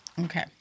Okay